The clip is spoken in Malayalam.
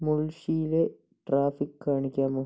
മുൾഷിയിലെ ട്രാഫിക്ക് കാണിക്കാമോ